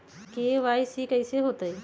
KYC कैसे होतई?